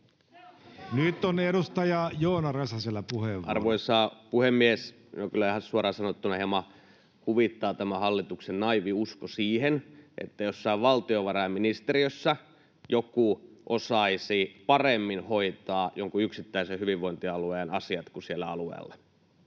Nyt on edustaja Joona Räsäsellä puheenvuoro. Arvoisa puhemies! Kyllä ihan suoraan sanottuna hieman huvittaa tämä hallituksen naiivi usko siihen, että jossain valtiovarainministeriössä joku osaisi hoitaa jonkun yksittäisen hyvinvointialueen asiat paremmin kuin siellä alueella.